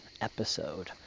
episode